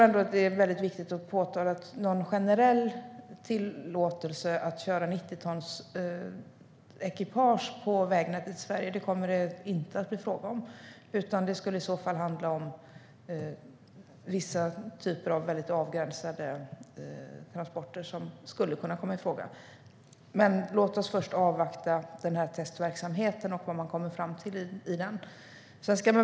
Något generellt tillstånd att köra 90-tonsekipage på vägarna i Sverige kommer det inte att bli fråga om, utan det skulle i så fall vara vissa typer av väldigt avgränsade transporter som skulle kunna komma i fråga. Men låt oss först avvakta vad man kommer fram till i testverksamheten.